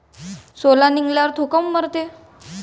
सोला निघाल्यावर थो काऊन मरते?